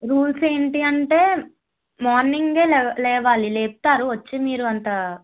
rules ఏంటి అంటే మార్నింగే లేవాలి లేపుతారు వచ్చి మీరు అంత